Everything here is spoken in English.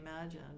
imagine